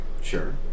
Sure